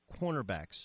cornerbacks